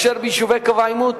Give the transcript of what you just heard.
וביישובי קו העימות